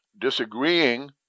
disagreeing